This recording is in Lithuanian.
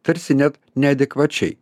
tarsi net neadekvačiai